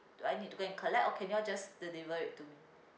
do I need to go and collect or can you all just deliver it to me